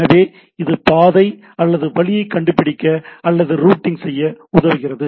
எனவே இது பாதை அல்லது வழியைக் கண்டுபிடிக்க அல்லது ரூட்டிங் செய்ய உதவுகிறது